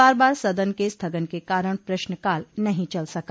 बार बार सदन के स्थगन के कारण प्रश्नकाल नहीं चल सका